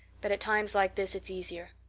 but at times like this it's easier.